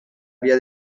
via